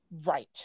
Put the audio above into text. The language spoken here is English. Right